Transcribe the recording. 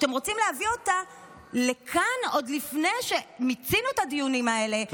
כשאתם רוצים להביא אותה לכאן עוד לפני שמיצינו את הדיונים האלה,